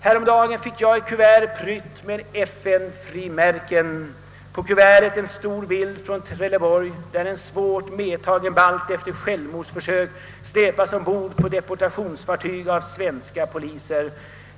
Häromdagen fick jag ett kuvert prytt med FN:s frimärken. På det kuvertet fanns en stor bild från Trelleborg, där en svårt medtagen balt efter självmordsförsök släpades ombord på deportationsfartyget av svenska poliser.